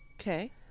Okay